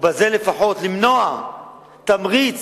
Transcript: ובזה לפחות למנוע תמריץ